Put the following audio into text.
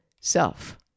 self